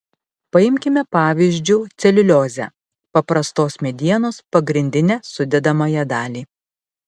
paimkime pavyzdžiu celiuliozę paprastos medienos pagrindinę sudedamąją dalį